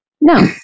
No